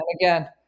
again